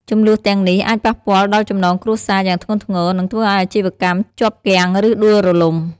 ជម្លោះទាំងនេះ អាចប៉ះពាល់ដល់ចំណងគ្រួសារយ៉ាងធ្ងន់ធ្ងរ និងធ្វើឲ្យអាជីវកម្មជាប់គាំង ឬដួលរលំ។